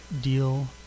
deal